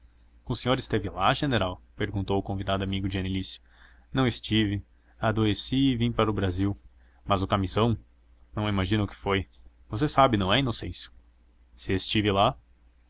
esteve lá general perguntou o convidado amigo de genelício não estive adoeci e vim para o brasil mas o camisão não imaginam o que foi você sabe não é inocêncio se estive lá